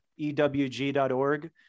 ewg.org